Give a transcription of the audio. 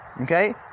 Okay